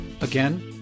Again